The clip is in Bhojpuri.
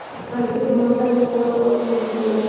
ठंडी के मौसम में कवन कवन खेती होला?